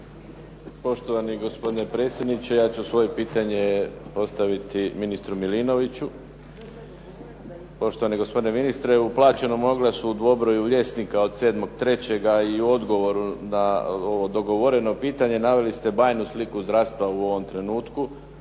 Poštovani gospodine predsjedniče, ja ću svoje pitanje postaviti ministru Milinoviću. Poštovani gospodine ministre, u plaćenom oglasu u dvobroju “Vijesnika“ od 7.3. i u odgovoru na ovo dogovoreno pitanje naveli ste bajnu sliku zdravstva u ovom trenutku,